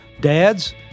dads